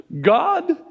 God